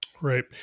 Right